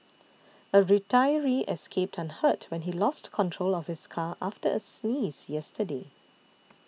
a retiree escaped unhurt when he lost control of his car after a sneeze yesterday